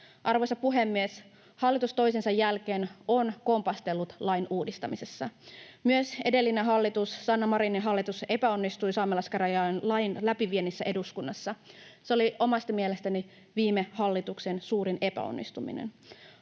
Arvoisa puhemies! Hallitus toisensa jälkeen on kompastellut lain uudistamisessa. Myös edellinen hallitus, Sanna Marinin hallitus, epäonnistui saamelaiskäräjälain läpiviennissä eduskunnassa. Se oli omasta mielestäni viime hallituksen suurin epäonnistuminen.